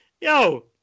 yo